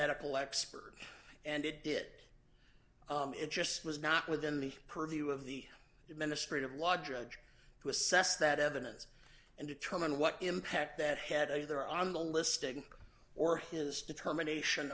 medical expert and it did it just was not within the purview of the administrative law judge to assess that evidence and determine what impact that had either on the listing or his determination